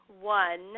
one